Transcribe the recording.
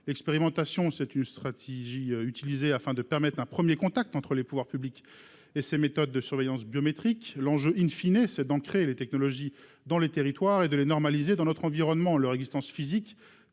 L'expérimentation est une stratégie utilisée pour permettre un premier contact entre les pouvoirs publics et ces méthodes de surveillance biométriques. L'enjeu,, est d'ancrer ces technologies dans les territoires et de les normaliser dans notre environnement. Leur existence physique